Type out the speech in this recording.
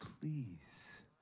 please